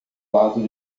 lado